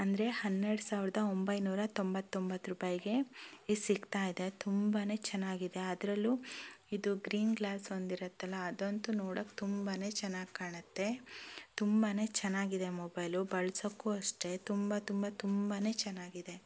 ಅಂದರೆ ಹನ್ನೆರಡು ಸಾವಿರದ ಒಂಬೈನೂರ ತೊಂಬತ್ತೊಂಬತ್ತು ರೂಪಾಯಿಗೆ ಇದು ಸಿಕ್ತಾ ಇದೆ ತುಂಬಾ ಚೆನ್ನಾಗಿದೆ ಅದರಲ್ಲೂ ಇದು ಗ್ರೀನ್ ಗ್ಲಾಸ್ ಹೊಂದಿರುತ್ತಲ್ಲ ಅದಂತು ನೋಡಕ್ಕೆ ತುಂಬಾ ಚೆನ್ನಾಗಿ ಕಾಣುತ್ತೆ ತುಂಬಾ ಚೆನ್ನಾಗಿದೆ ಮೊಬೈಲು ಬಳಸೋಕ್ಕೂ ಅಷ್ಟೆ ತುಂಬ ತುಂಬ ತುಂಬಾ ಚೆನ್ನಾಗಿದೆ